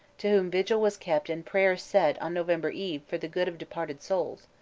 to whom vigil was kept and prayers said on november eve for the good of departed souls,